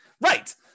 Right